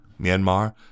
Myanmar